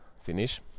finish